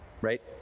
right